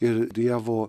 ir dievo